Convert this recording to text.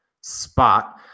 spot